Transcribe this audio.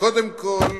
קודם כול,